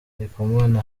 ndikumana